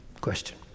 question